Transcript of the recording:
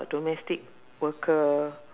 domestic worker